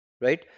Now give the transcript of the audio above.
Right